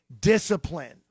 discipline